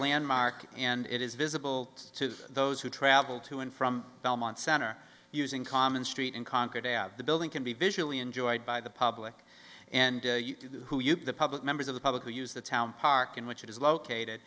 landmark and it is visible to those who travel to and from belmont center using common street in concord have the building can be visually enjoyed by the public and who you the public members of the public who use the town park in which it is located